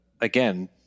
again